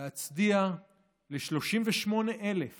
להצדיע ל-38,000